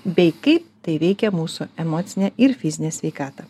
bei kaip tai veikia mūsų emocinę ir fizinę sveikatą